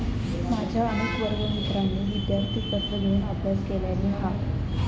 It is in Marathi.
माझ्या अनेक वर्गमित्रांनी विदयार्थी कर्ज घेऊन अभ्यास केलानी हा